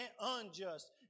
unjust